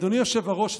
אדוני היושב-ראש,